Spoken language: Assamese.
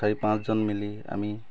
চাৰি পাঁচজন মিলি আমি